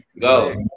Go